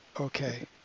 Okay